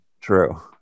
True